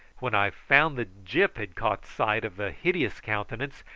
when i found that gyp had caught sight of the hideous countenance,